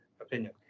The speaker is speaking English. opinion